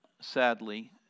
sadly